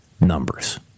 numbers